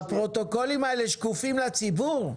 הפרוטוקולים האלה שקופים לציבור?